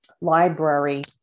library